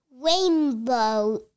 Rainbow